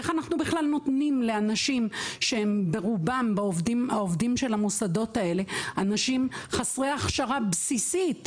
איך אנחנו בכלל נותנים לאנשים שברובם הינם חסרי הכשרה בסיסית,